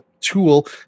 tool